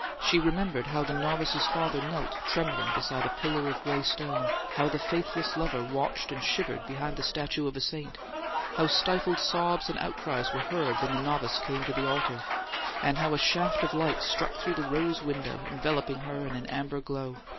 she remembered how the novice's father knelt, trembling, beside a pillar of gray stone how the faithless lover watched and shivered behind the statue of a saint how stifled sobs and outcries were heard when the novice came to the altar and how a shaft of light struck through the rose-window, enveloping her in an amber glow.